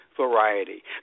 variety